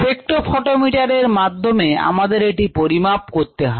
spectrophotometer এর মাধ্যমে আমাদের এটি পরিমাপ করতে হবে